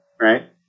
right